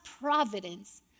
providence